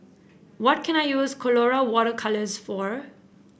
what can I use Colora Water Colours for